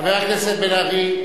חבר הכנסת בן-ארי,